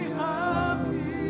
happy